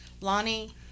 Lonnie